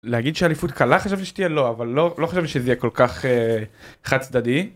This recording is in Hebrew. להגיד שאליפות קלה חשבתי שתהיה? לא, אבל לא חשבתי שזה יהיה כל כך חד צדדי.